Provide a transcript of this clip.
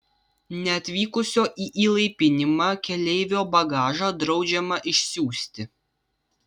neatvykusio į įlaipinimą keleivio bagažą draudžiama išsiųsti